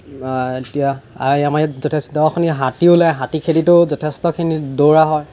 এতিয়া আমাৰ ইয়াত যথেষ্ট হাতী ওলায় হাতী খেদিতো যথেষ্টখিনি দৌৰা হয়